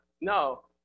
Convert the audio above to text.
no